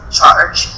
charge